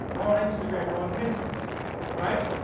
or on instagram or on pinterest right?